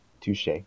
Touche